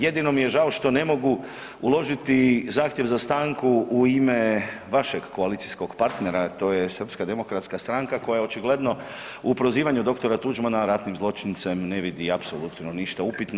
Jedino mi je žao što ne mogu uložiti zahtjev za stanku u ime vašeg koalicijskog partnera, a to je Srpska demokratska stranka koja očigledno u prozivanju dr. Tuđmana ratnim zločincem ne vidi apsolutno ništa upitno.